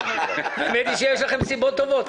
האמת היא שיש לכם סיבות טובות.